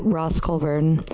ross cal certain